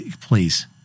please